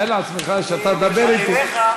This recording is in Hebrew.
תאר לעצמך שאתה מדבר אתי, אליך,